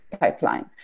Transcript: pipeline